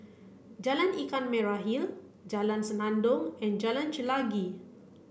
Jalan Ikan Merah Hill Jalan Senandong and Jalan Chelagi